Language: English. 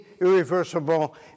irreversible